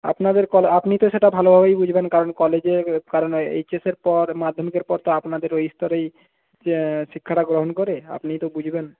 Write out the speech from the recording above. আপনাদের আপনি তো সেটা ভালোভাবেই বুঝবেন কারণ কলেজের কারণে এইচেসের পর মাধ্যমিকের পর তো আপনাদের এই স্তরেই শিক্ষাটা গ্রহণ করে আপনি তো বুঝবেন